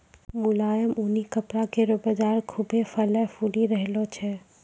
मुलायम ऊनी कपड़ा केरो बाजार खुभ्भे फलय फूली रहलो छै